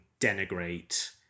denigrate